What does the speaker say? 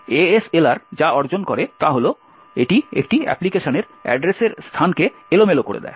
ASLR যা অর্জন করে তা হল এটি একটি অ্যাপ্লিকেশনের অ্যাড্রেসের স্থানকে এলোমেলো করে দেয়